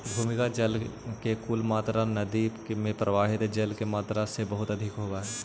भूमिगत जल के कुल मात्रा नदि में प्रवाहित जल के मात्रा से बहुत अधिक हई